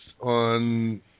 on